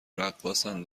رقاصن